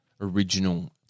original